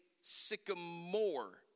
sycamore